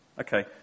Okay